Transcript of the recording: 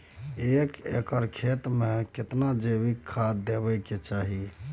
एक एकर खेत मे केतना जैविक खाद देबै के चाही?